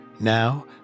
Now